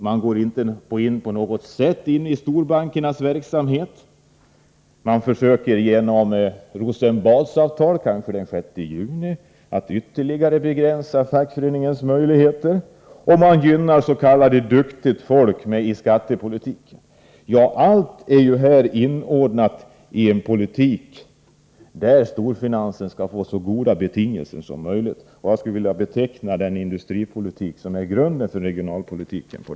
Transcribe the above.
Man går inte på något sätt in i storbankernas verksamhet. Man försöker genom Rosenbadsavtal, kanske den 6 juni, ytterligare begränsa fackföreningarnas möjligheter, och man gynnar s.k. duktigt folk i skattepolitiken. Allt är här inordnat i en politik, där storfinansen skall få så goda betingelser som möjligt. Jag skulle inte vilja beteckna den industripolitik som bedrivs såsom regionalpolitik.